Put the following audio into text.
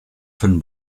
von